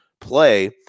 play